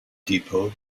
depot